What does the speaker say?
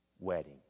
wedding